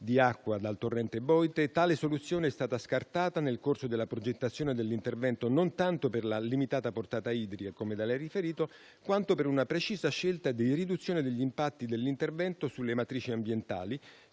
di acqua dal torrente Boite, tale soluzione è stata scartata nel corso della progettazione dell'intervento, non tanto per la limitata portata idrica - come da lei riferito - quanto per una precisa scelta di riduzione degli impatti dell'intervento sulle matrici ambientali,